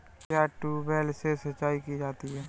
क्या ट्यूबवेल से सिंचाई की जाती है?